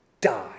Die